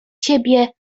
ciebie